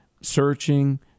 searching